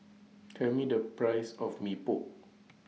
Tell Me The Price of Mee Pok